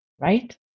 right